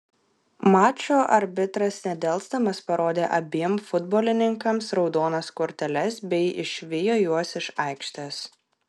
mačo arbitras nedelsdamas parodė abiem futbolininkams raudonas korteles bei išvijo juos iš aikštės